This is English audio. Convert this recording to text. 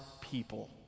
people